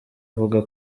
avuga